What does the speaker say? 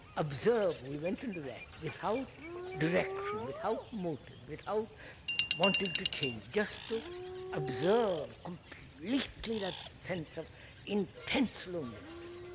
observe we went into that without direction, without motive, without wanting to change, just to observe completely that sense of intense loneliness.